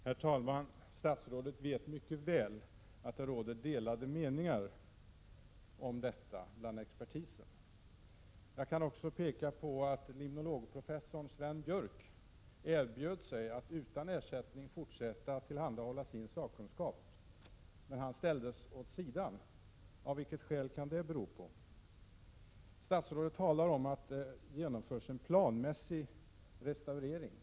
Herr talman! Statsrådet vet mycket väl att det bland expertisen råder delade meningar om detta alternativ. Jag kan också påpeka att limnologiprofessorn Sven Björk erbjöd sig att utan ersättning fortsätta att tillhandahålla sin sakkunskap. Men han ställdes åt sidan. Vad kan ha varit skälet till detta? Statsrådet talar om att det genomförs en planmässig restaurering.